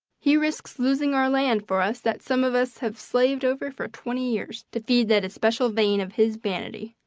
he risks losing our land for us that some of us have slaved over for twenty years, to feed that especial vein of his vanity.